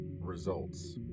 Results